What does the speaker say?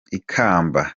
ikamba